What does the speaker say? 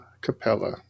Capella